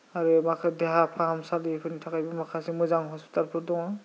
आरो माखासे देहा फाहामसालिफोरनि थाखायबो माखासे मोजां हस्पिटालफोर दङ